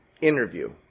interview